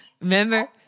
Remember